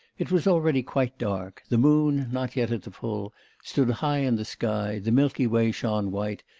it was already quite dark the moon not yet at the full stood high in the sky, the milky way shone white,